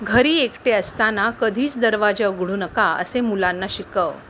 घरी एकटे असताना कधीच दरवाजा उघडू नका असे मुलांना शिकव